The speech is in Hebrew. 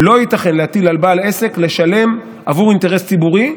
לא ייתכן להטיל על בעל עסק לשלם עבור אינטרס ציבורי,